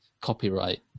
copyright